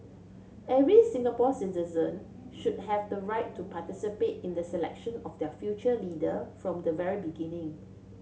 every Singapore citizen should have the right to participate in the selection of their future leader from the very beginning